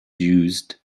used